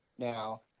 now